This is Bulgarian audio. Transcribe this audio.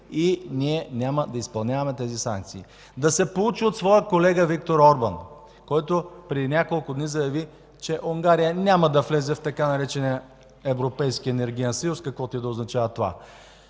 и ние няма да изпълняваме тези санкции. Да се поучи от своя колега Виктор Орбан, който преди няколко дни заяви, че Унгария няма да влезе в така наречения „Европейски енергиен съюз”, каквото и да означава това,